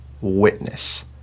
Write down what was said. witness